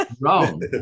Wrong